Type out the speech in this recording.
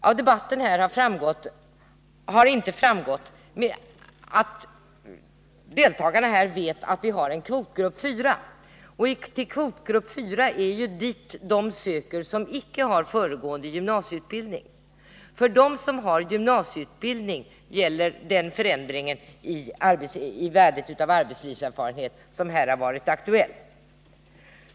Av debatten här har inte framgått att deltagarna vet att det finns en kvotgrupp IV, dit de som inte har föregående gymnasieutbildning söker. För dem som har gymnasieutbildning gäller den förändringen i värdet av arbetslivserfarenhet som här har varit aktuell.